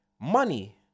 Money